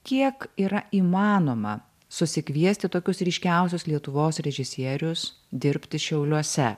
kiek yra įmanoma susikviesti tokius ryškiausius lietuvos režisierius dirbti šiauliuose